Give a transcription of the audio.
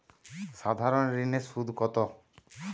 সাধারণ ঋণের সুদ কত?